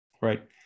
Right